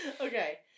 Okay